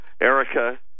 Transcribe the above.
Erica